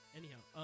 anyhow